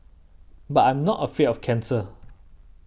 but I'm not afraid of cancer